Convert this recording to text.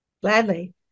Gladly